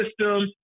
system